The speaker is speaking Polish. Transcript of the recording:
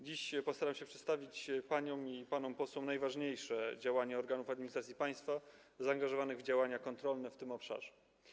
Dziś postaram się przedstawić paniom i panom posłom najważniejsze działania organów administracji państwa zaangażowanych w działania kontrolne w tym obszarze.